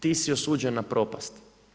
Ti si osuđen na propast.